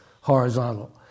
horizontal